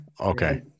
Okay